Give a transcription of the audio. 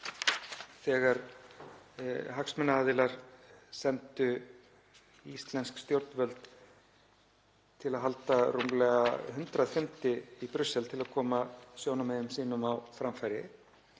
þegar hagsmunaaðilar sendu íslensk stjórnvöld til að halda rúmlega 100 fundi í Brussel til að koma sjónarmiðum sínum á framfæri.